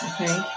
Okay